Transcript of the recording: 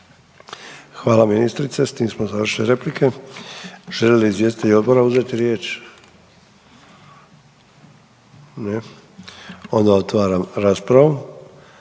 Hvala ministrice, s tim smo završili replike. Žele li izvjestitelji odbora uzeti riječ? Ne, onda otvaram raspravu.